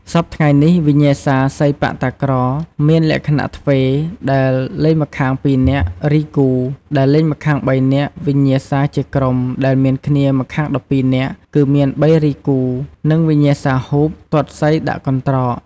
សព្វថ្ងៃនេះវិញ្ញាសាសីប៉ាក់តាក្រ មានលក្ខណៈទ្វេ ដែលលេងម្ខាង ២ នាក់ រីហ្គូ (Regu) ដែលលេងម្ខាង៣នាក់ វិញ្ញាសាជាក្រុម ដែលមានគ្នាម្ខាង១២នាក់គឺមាន ៣ រីហ្គូ (Regu) និងវិញ្ញាសា ហ៊ូប (Hoop) ទាត់សីដាក់កន្ត្រក ។